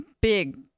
Big